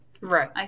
Right